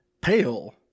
Pale